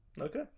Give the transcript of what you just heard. Okay